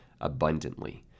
abundantly